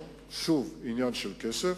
שוב, עניין של כסף.